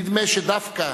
נדמה שדווקא